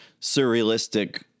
surrealistic